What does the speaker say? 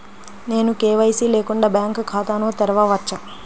నేను కే.వై.సి లేకుండా బ్యాంక్ ఖాతాను తెరవవచ్చా?